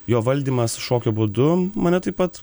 jo valdymas šokio būdu mane taip pat